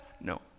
No